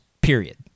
period